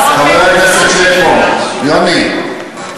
חבר הכנסת שטבון, יוני.